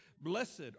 Blessed